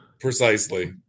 Precisely